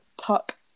Puck